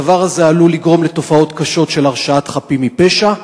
הדבר הזה עלול לגרום לתופעות קשות של הרשעת חפים מפשע.